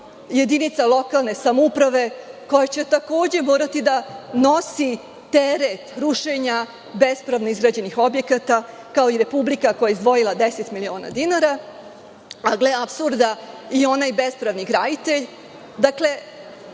jedinica lokalne samouprave koja će takođe morati da nosi teret rušenja bespravno izgrađenih objekata, kao i Republika koja je izdvojila 10 miliona dinara, a gle apsurda, i ona je bespravni graditelj,